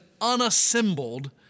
unassembled